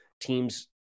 teams